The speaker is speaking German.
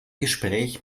gespräch